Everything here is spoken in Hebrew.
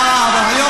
אבל אין סוף לזה.